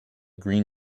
green